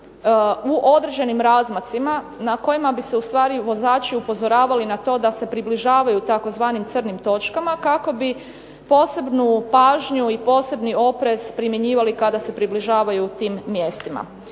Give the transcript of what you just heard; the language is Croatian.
u određenim razmacima na kojima bi se u stvari vozači upozoravali na to da se približavaju tzv. crnim točkama kako bi posebno pažnju i posebni oprez primjenjivali kada se približavaju tim mjestima.